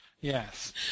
Yes